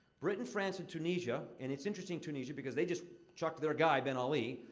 britain, france, and tunisia and it's interesting, tunisia, because they just chucked their guy, ben ali,